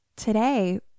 today